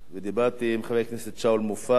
דיברתי עם חבר הכנסת שאול מופז,